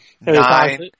nine